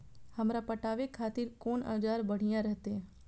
हमरा पटावे खातिर कोन औजार बढ़िया रहते?